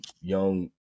young